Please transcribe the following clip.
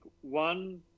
one